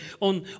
on